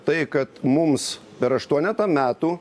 tai kad mums per aštuonetą metų